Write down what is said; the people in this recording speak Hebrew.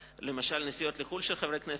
למשל בסעיף נסיעות לחו"ל של חברי הכנסת.